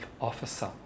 officer